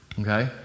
okay